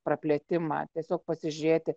praplėtimą tiesiog pasižiūrėti